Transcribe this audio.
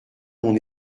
mon